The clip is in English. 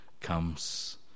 comes